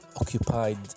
occupied